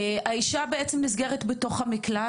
האישה נסגרת בתוך המקלט,